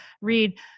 read